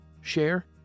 share